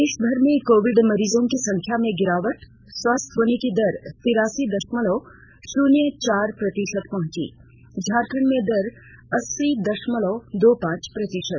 देशभर में कोविड मरीजों की संख्या में गिरावट स्वस्थ होने की दर तिरासी दशमलव श्रृन्य चार प्रतिशत पहंची झारखंड में दर अस्सी दशमलव दो पांच प्रतिशत